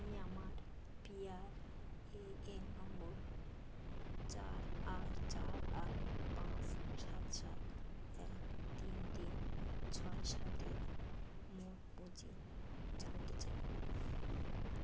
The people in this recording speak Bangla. আমি আমার P R A N number চার আট চার আট পাঁস সাত সাত এক তিন তিন ছয় সাতের মোট পুঁজি জানতে চাই